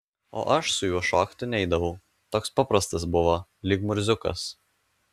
o aš su juo šokti neidavau toks paprastas buvo lyg murziukas